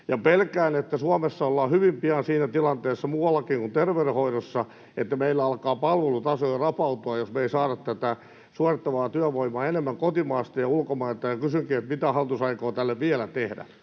Pelkään, että Suomessa ollaan hyvin pian siinä tilanteessa muuallakin kuin terveydenhoidossa, että meillä alkaa palvelutaso jo rapautua, jos me ei saada tätä suorittavaa työvoimaa enemmän kotimaasta ja ulkomailta. Kysynkin: mitä hallitus aikoo tälle vielä tehdä?